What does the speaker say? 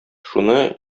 шуны